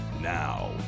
Now